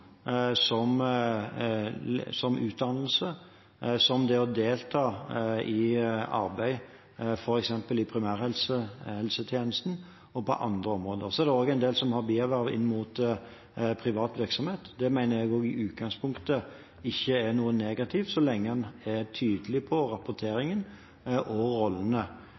som utdannelse, som det å delta i arbeid f.eks. i primærhelsetjenesten og på andre områder. Så er det også en del som har bierverv inn mot privat virksomhet. Det mener jeg også i utgangspunktet ikke er noe negativt, så lenge en er tydelig på rapporteringen og rollene.